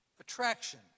Attraction